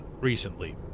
recently